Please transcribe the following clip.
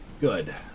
good